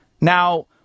Now